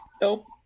nope